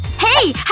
hey!